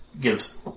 gives